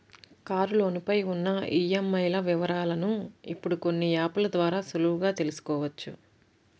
కారులోను పై ఉన్న ఈఎంఐల వివరాలను ఇప్పుడు కొన్ని యాప్ ల ద్వారా సులువుగా తెల్సుకోవచ్చు